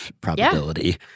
probability